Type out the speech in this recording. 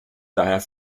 daher